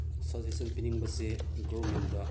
suggestion ꯄꯤꯅꯤꯡꯕꯁꯤ ꯒꯣꯔꯃꯦꯟꯗ